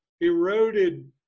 eroded